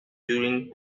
viewing